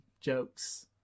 jokes